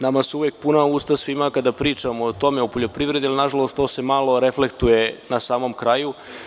Nama su uvek puna usta svima kada pričamo o tome, o poljoprivredi, ali to se malo reflektuje na samom kraju.